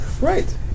Right